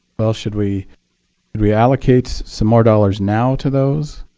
well, should we we allocate some more dollars now to those